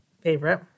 favorite